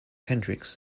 hendricks